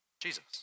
Jesus